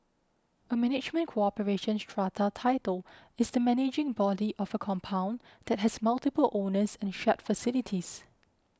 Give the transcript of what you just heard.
a management corporation strata title is the managing body of a compound that has multiple owners and shared facilities